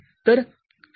तर 0